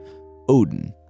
Odin